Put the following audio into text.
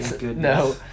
no